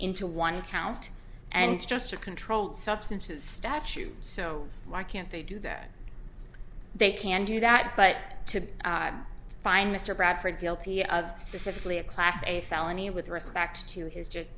into one count and just a controlled substance of the statute so why can't they do that they can do that but to find mr bradford guilty of specifically a class a felony with respect to his just